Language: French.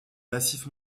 massif